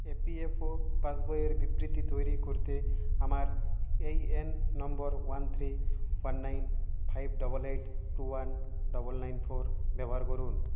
ই P F O পাসবই এর বিবৃতি তৈরি করতে আমার এই এ এন নম্বর one three one nine five double eight two one double nine four ব্যবহার করুন